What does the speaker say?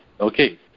okay